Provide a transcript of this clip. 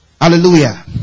Hallelujah